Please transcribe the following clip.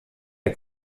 der